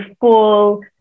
full